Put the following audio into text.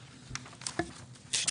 (2)